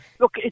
Look